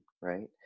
right